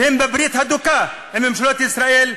שהם בברית הדוקה עם ממשלות ישראל,